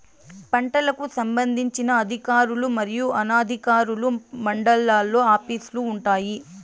పంటలకు సంబంధించిన అధికారులు మరియు అనధికారులు మండలాల్లో ఆఫీస్ లు వుంటాయి?